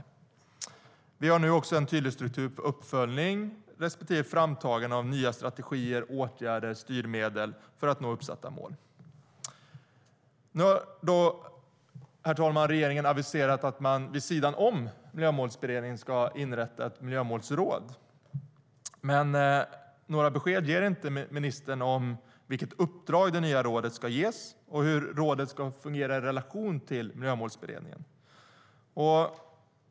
Herr talman! Regeringen har aviserat att man vid sidan om Miljömålsberedningen ska inrätta ett miljömålsråd. Men några besked ger inte ministern om vilket uppdrag det nya rådet ska ges och hur rådet ska fungera i relation till Miljömålsberedningen.